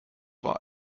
war